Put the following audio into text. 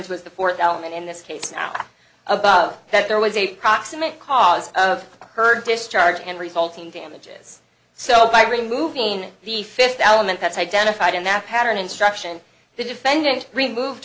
to is the fourth element in this case now that there was a proximate cause of her discharge and resulting damages so by removing the fifth element that's identified in that pattern instruction the defendant removed